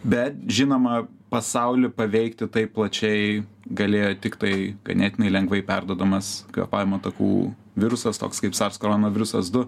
bet žinoma pasaulį paveikti taip plačiai galėjo tiktai ganėtinai lengvai perduodamas kvėpavimo takų virusas toks kaip sars korona virusas du